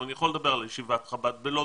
אני יכול לדבר על ישיבת חב"ד בלוד.